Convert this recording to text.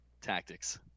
Tactics